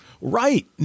right